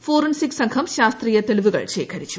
forensic സംഘം ശാസ്ത്രീയ തെളിവുകൾ ശേഖരിച്ചു